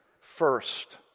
first